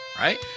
Right